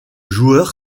joueur